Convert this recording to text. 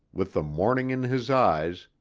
with the morning in his eyes,